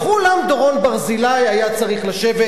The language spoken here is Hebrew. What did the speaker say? בכולן דורון ברזילי היה צריך לשבת.